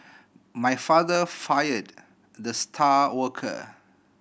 my father fired the star worker